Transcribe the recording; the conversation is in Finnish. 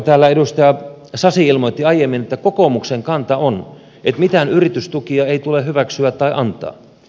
täällä edustaja sasi ilmoitti aiemmin että kokoomuksen kanta on että mitään yritystukia ei tule hyväksyä tai antaa